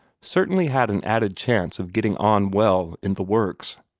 certainly had an added chance of getting on well in the works.